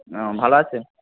ও ভালো আছে